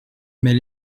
mais